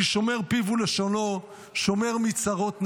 כי "שומר פיו ולשונו שֹׁמֵר מצרות נפשו".